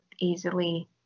easily